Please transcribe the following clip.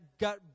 got